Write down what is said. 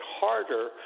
harder